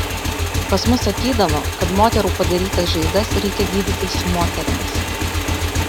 pas mus sakydavo kad moterų padarytas žaizdas reikia gydyti su moterimis